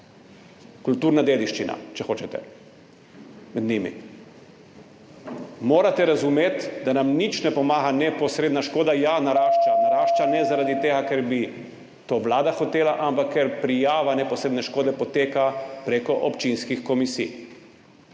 kulturna dediščina, če hočete. Morate razumeti, da nam nič ne pomaga neposredna škoda. Ja, narašča. Ne narašča zaradi tega, ker bi to vlada hotela, ampak ker prijava neposredne škode poteka preko občinskih komisij.